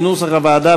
כנוסח הוועדה,